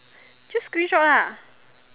just screenshot lah